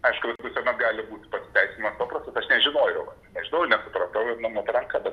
aišku visuomet gali būti pasiteisinimas paprastas aš nežinojau vat nežinojau nesupratau ir numoti ranka bet